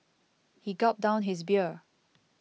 he gulped down his beer